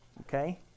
Okay